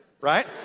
right